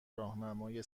راهنمای